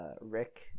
Rick